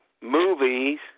Movies